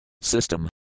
system